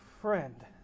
Friend